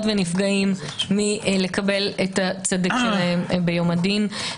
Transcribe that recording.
ונפגעים מקבלת הצדק שלהם ביום הדין.